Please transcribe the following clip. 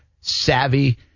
savvy